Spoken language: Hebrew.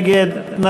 מי נגד?